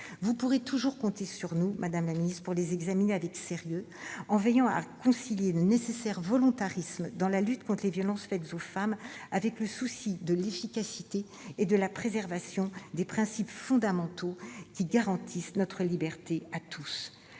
Vous pourrez toujours compter sur nous, madame la garde des sceaux, pour les examiner avec sérieux, en veillant chaque fois à concilier le nécessaire volontarisme dans la lutte contre les violences faites aux femmes avec le souci de l'efficacité et de la préservation des principes fondamentaux qui garantissent notre liberté à tous.